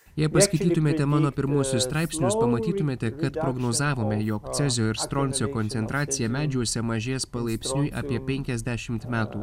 jei paskaitytumėte mano pirmuosius straipsnius pamatytumėte kad prognozavome jog cezio ir stroncio koncentracija medžiuose mažės palaipsniui apie penkiasdešimt metų